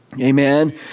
amen